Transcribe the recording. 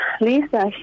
Lisa